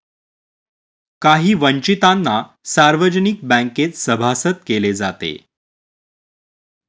काही वंचितांना सार्वजनिक बँकेत सभासद केले जाते